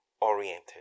oriented